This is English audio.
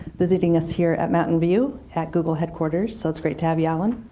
visiting us here at mountain view at google headquarters, so it's great to have you, alan.